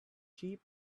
sheep